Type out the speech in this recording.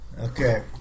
Okay